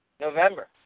November